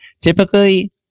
Typically